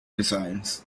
designs